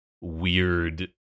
weird